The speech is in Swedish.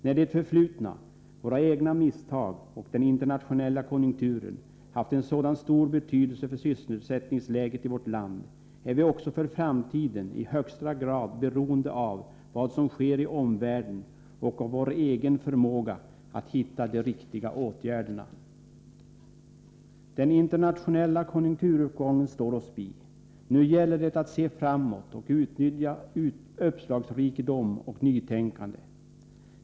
När det förflutna — våra egna misstag och den internationella konjunkturen — haft en sådan stor betydelse för sysselsättningsläget i vårt land, är vi också för framtiden i högsta grad beroende av vad som sker i omvärlden och av vår egen förmåga att hitta de riktiga åtgärderna. Den internationella konjunkturuppgången står oss bi. Nu gäller det att se framåt och utnyttja uppslagsrikedom och nytänkande.